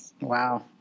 Wow